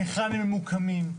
היכן הם ממוקמים.